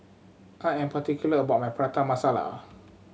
I am particular about my Prata Masala